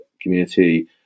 community